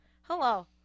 Hello